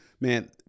man